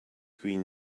green